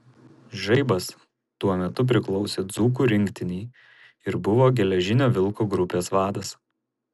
žaibas tuo metu priklausė dzūkų rinktinei ir buvo geležinio vilko grupės vadas